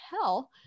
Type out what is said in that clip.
hell